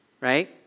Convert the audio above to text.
right